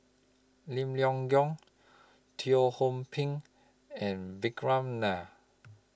Lim Leong Geok Teo Ho Pin and Vikram Nair